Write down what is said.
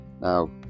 Now